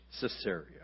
Caesarea